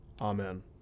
amen